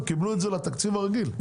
קיבלו את זה לתקציב הרגיל.